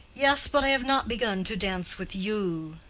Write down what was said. yes, but i have not begun to dance with you,